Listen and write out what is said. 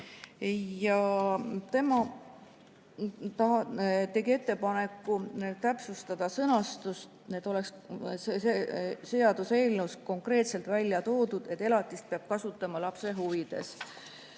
Ta tegi ettepaneku täpsustada sõnastust, et seaduseelnõus oleks konkreetselt välja toodud, et elatist peab kasutama lapse huvides.